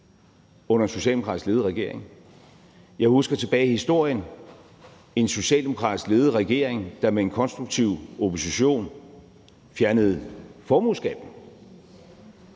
under en socialdemokratisk ledet regering. Jeg husker tilbage i historien en socialdemokratisk ledet regering, der med en konstruktiv opposition fjernede formueskatten.